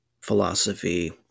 philosophy